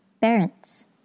parents